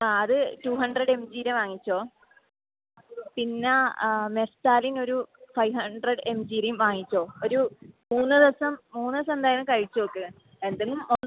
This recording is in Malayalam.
ആ അത് ടു ഹണ്ട്രഡ് എം ജീടെ വാങ്ങിച്ചോ പിന്നെ മെസ്സാലിൻ ഒരു ഫൈവ് ഹണ്ട്രഡ് എം ജീ ടെയും വാങ്ങിച്ചോ ഒരു മൂന്ന് ദിവസം മൂന്ന് ദിവസം എന്തായാലും കഴിച്ച് നോക്ക് എന്തെങ്കിലും ഒന്ന്